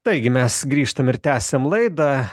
taigi mes grįžtam ir tęsiam laidą